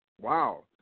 Wow